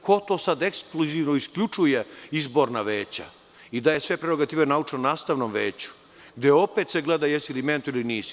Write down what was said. Ko to sadekskluzivno isključuje izborna veća i daje sve prerogative naučno-nastavnom veću, gde se opet gleda da li si mentor ili nisi?